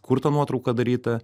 kur ta nuotrauka daryta